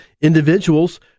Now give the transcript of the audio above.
individuals